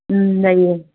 ꯎꯝ ꯂꯩꯌꯦ